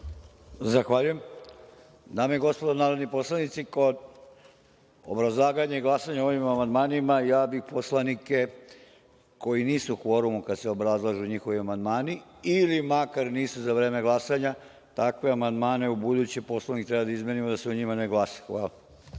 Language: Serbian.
Zahvaljujem. Dame i gospodo narodni poslanici, kod obrazlaganja i glasanja o ovim amandmanima ja bi poslanike koji nisu u kvorumu kada se obrazlažu njihovi amandmani, ili makar nisu za vreme glasanja, takve amandmane u buduće Poslovnik treba da izmenimo, da se o njima ne glasa.